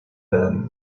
then